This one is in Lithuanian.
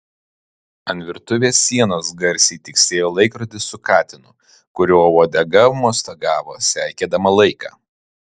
ant virtuvės sienos garsiai tiksėjo laikrodis su katinu kurio uodega mostagavo seikėdama laiką